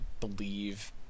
believe